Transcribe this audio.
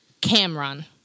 Cameron